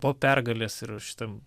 po pergalės ir šitam